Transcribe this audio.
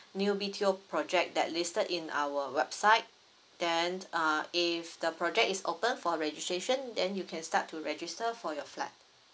new B_T_O project that listed in our website then uh if the project is open for registration then you can start to register for your flat